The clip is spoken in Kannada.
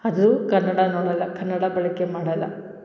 ಅದು ಕನ್ನಡ ನೋಡಲ್ಲ ಕನ್ನಡ ಬಳಕೆ ಮಾಡಲ್ಲ